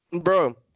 Bro